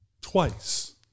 twice